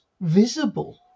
visible